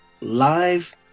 live